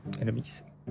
enemies